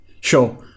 Sure